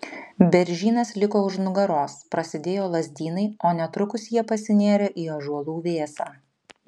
beržynas liko už nugaros prasidėjo lazdynai o netrukus jie pasinėrė į ąžuolų vėsą